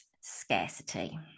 scarcity